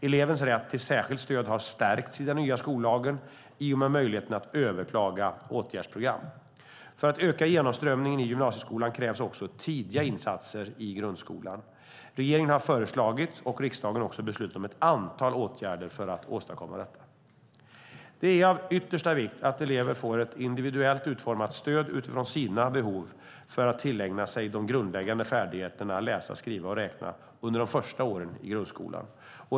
Elevens rätt till särskilt stöd har stärkts i den nya skollagen i och med möjligheten att överklaga åtgärdsprogram. För att öka genomströmningen i gymnasieskolan krävs också tidiga insatser i grundskolan. Regeringen har föreslagit och riksdagen också beslutat om ett antal åtgärder för att åstadkomma detta. Det är av yttersta vikt att elever får ett individuellt utformat stöd utifrån sina behov för att tillägna sig de grundläggande färdigheterna - läsa, skriva och räkna - under de första åren i grundskolan.